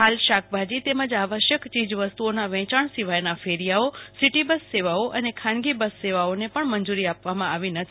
હાલ શાકભાજી તેમજ આવશ્યક વસ્તુઓના વેયાણ સિવાયના ફેરિયાઓ સીટી બસ સેવાઓ અને ખાનગી બસ સેવાઓને પણ મંજૂરી આપવામાં આવી નથી